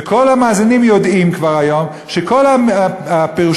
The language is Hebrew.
וכל המאזינים יודעים כבר היום שכל הפירושים